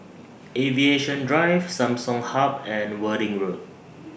Aviation Drive Samsung Hub and Worthing Road